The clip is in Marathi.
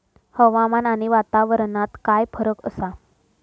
हवामान आणि वातावरणात काय फरक असा?